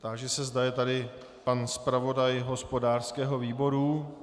Táži se, zda je tady pan zpravodaj hospodářského výboru.